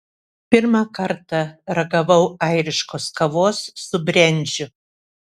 pirmą kartą ragavau airiškos kavos su brendžiu